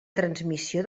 transmissió